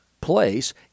place